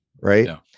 Right